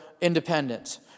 independence